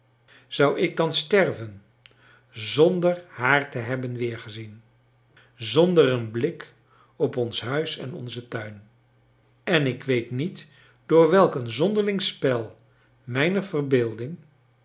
zou ik dan sterven zonder haar te hebben weergezien zonder een blik op ons huis en onzen tuin en ik weet niet door welk een zonderling spel mijner verbeelding